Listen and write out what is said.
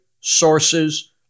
sources